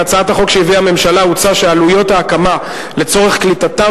בהצעת החוק שהביאה הממשלה הוצע שעלויות ההקמה לצורך קליטתם